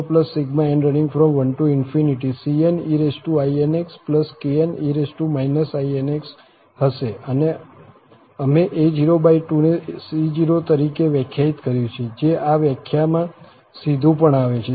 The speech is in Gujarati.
તેથી f ની ફુરિયર શ્રેઢી c0∑n1 cneinxkne inx હશે અમે a02 ને c0 તરીકે વ્યાખ્યાયિત કર્યું છે જે આ વ્યાખ્યામાંથી સીધું પણ આવે છે